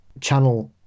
channel